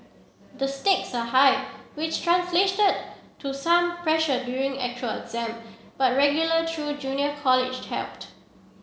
the stakes are high which to some pressure during actual exam but regular through junior college helped